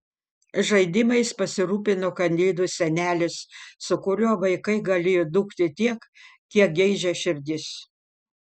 žaidimais pasirūpino kalėdų senelis su kuriuo vaikai galėjo dūkti tiek kiek geidžia širdis